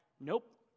nope